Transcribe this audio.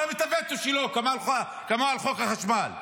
שם את הווטו שלו, כמו על חוק החשמל.